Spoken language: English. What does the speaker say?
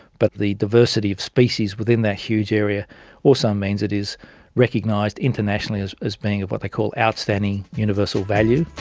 but the diversity of species within that huge area also um means it is recognised internationally as as being of what they call outstanding universal value.